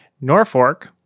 Norfolk